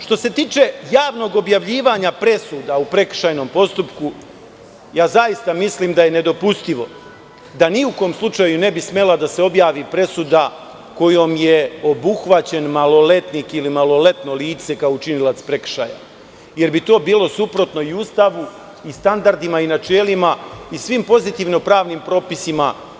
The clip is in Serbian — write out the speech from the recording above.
Što se tiče javnog objavljivanja presuda u prekršajnom postupku, zaista mislim da je nedopustivo, da ni u kom slučaju ne bi smela da se objavi presuda kojom je obuhvaćen maloletnik, ili maloletno lice kao učinilac prekršaja, jer bi to bilo suprotno i Ustavu i standardima i načelima i svim pozitivno pravnim propisima.